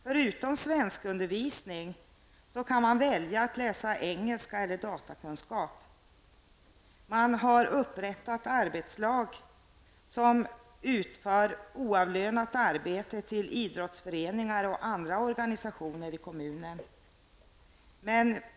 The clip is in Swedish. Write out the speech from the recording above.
Förutom svenskundervisning kan man välja att läsa engelska eller datakunskap. Man har upprättat arbetslag som utför oavlönat arbete till idrottsföreningar och andra organisationer i kommunen.